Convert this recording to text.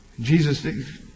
Jesus